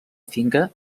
finca